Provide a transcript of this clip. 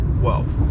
wealth